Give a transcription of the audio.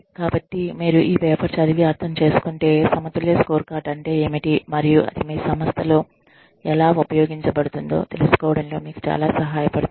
కాబట్టి మీరు ఈ పేపర్ చదివి అర్థం చేసుకుంటే సమతుల్య స్కోర్కార్డ్ అంటే ఏమిటి మరియు అది మీ సంస్థలో ఎలా ఉపయోగించబడుతుందో తెలుసుకోవడంలో మీకు చాలా సహాయపడుతుంది